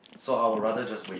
so I would rather just wait